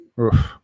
Oof